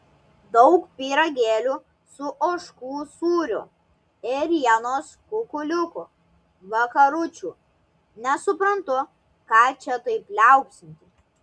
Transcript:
daug pyragėlių su ožkų sūriu ėrienos kukuliukų vakaručių nesuprantu ką čia taip liaupsinti